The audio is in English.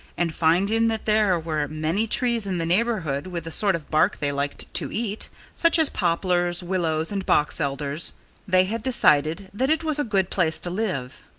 and finding that there were many trees in the neighborhood with the sort of bark they liked to eat such as poplars, willows and box elders they had decided that it was a good place to live.